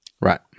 Right